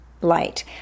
light